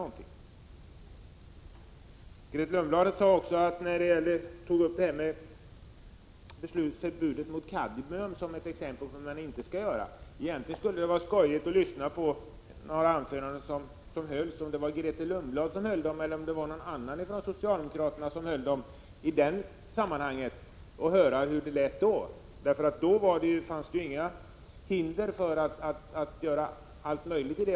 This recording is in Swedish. Grethe Lundblad tog beslutet om förbudet mot kadmium som ett exempel på hur man inte skall göra. Egentligen skulle det vara skojigt att återge de anföranden som hölls i det sammanhanget — om det nu var Grethe Lundblad eller någon annan av socialdemokraterna — och höra hur det lät då. Då fanns inga hinder för att göra allt möjligt.